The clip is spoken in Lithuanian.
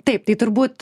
taip tai turbūt